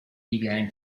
began